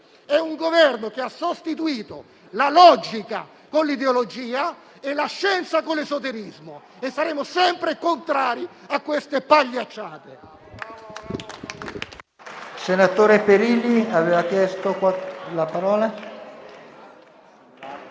è un Governo che ha sostituito la logica con l'ideologia e la scienza con l'esoterismo. Saremo sempre contrari a queste pagliacciate.